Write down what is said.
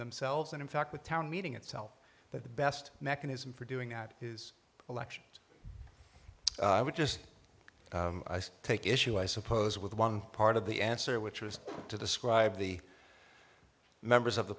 selves and in fact the town meeting itself that the best mechanism for doing that is elections i would just take issue i suppose with one part of the answer which was to describe the members of the